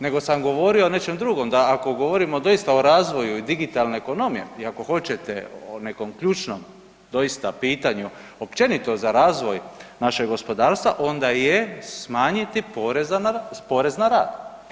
Nego sam govorio o nečem drugom da ako govorimo doista o razvoju digitalne ekonomije i ako hoćete o nekom ključnom doista pitanju općenito za razvoj našeg gospodarstva onda je smanjiti porez na rad.